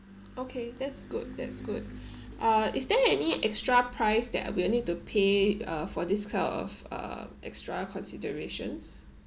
okay that's good that's good uh is there any extra price that we'll need to pay uh for this kind of uh extra considerations